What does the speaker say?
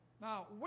Now